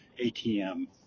ATM